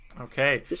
Okay